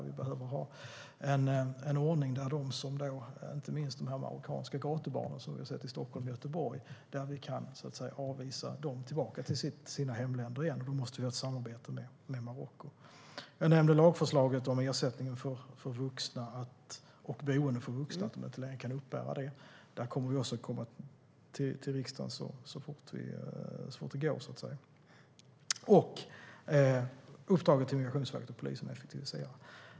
Vi behöver kunna avvisa de marockanska gatubarnen i Stockholm och Göteborg, och då måste vi ha ett samarbete med Marocko. Jag nämnde lagförslaget om att vuxna inte längre ska kunna uppbära ersättning eller få boende. Vi återkommer till riksdagen om det så fort vi kan. Vi har också ett uppdrag till Migrationsverket och polisen att effektivisera.